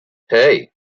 hey